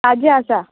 ताजें आसा